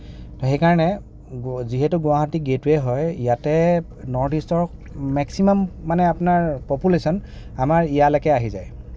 ত' সেইকাৰণে গু যিহেতু গুৱাহাটী গেটৱে হয় ইয়াতে নৰ্থইষ্টৰ মেক্সিমাম মানে আপোনাৰ পপুলেশ্যন আমাৰ ইয়ালৈকে আহি যায়